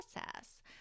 process